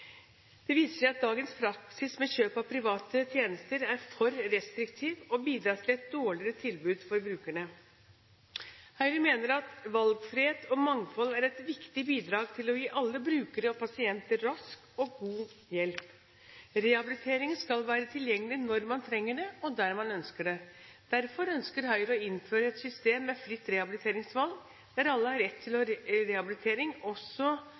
Det viser seg at dagens praksis med kjøp av private tjenester er for restriktiv og bidrar til et dårligere tilbud for brukerne. Høyre mener at valgfrihet og mangfold er et viktig bidrag til å gi alle brukere og pasienter rask og god hjelp. Rehabilitering skal være tilgjengelig når man trenger det, og der man ønsker det. Derfor ønsker Høyre å innføre et system med fritt rehabiliteringsvalg, der alle som har rett til rehabilitering, også